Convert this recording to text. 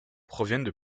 proviennent